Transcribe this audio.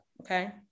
Okay